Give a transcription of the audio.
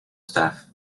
staff